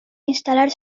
instal·lar